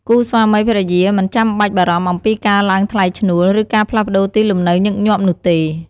គូស្វាមីភរិយាមិនចាំបាច់បារម្ភអំពីការឡើងថ្លៃឈ្នួល ឬការផ្លាស់ប្ដូរទីលំនៅញឹកញាប់នោះទេ។